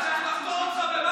אין כבר מח"ש.